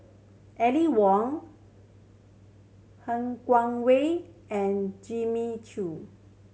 Aline Wong Han Guangwei and Jimmy Chok